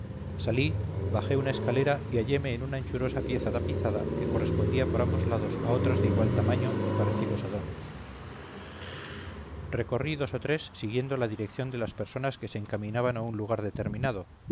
salí bajé una escalera y halléme en una anchurosa pieza tapizada que correspondía por ambos lados a otras de igual tamaño y parecidos adornos recorrí dos o tres siguiendo la dirección de las personas que se encaminaban a un lugar determinado